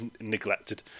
neglected